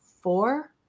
four